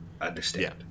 understand